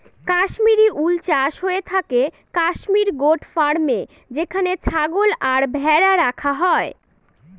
Kashmiri wool চাষ হয়ে থাকে কাশ্মির গোট ফার্মে যেখানে ছাগল আর ভেড়া রাখা হয়